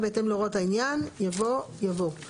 "בהתאם להוראות לעניין" יבוא "יבוא";